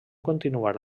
continuar